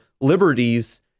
liberties